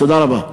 תודה רבה.